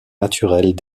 naturelles